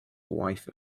wife